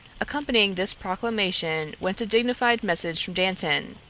accompanying this proclamation went a dignified message from dantan,